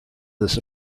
this